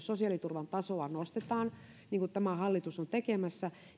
sosiaaliturvan tasoa nostetaan niin kuin tämä hallitus on tekemässä